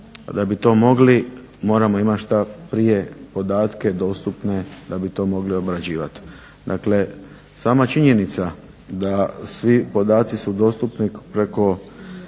da bi to mogli moramo imat što prije podatke dostupne da bi to mogli obrađivat. Dakle, sama činjenica da svi podaci su dostupni preko